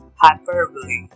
hyperbole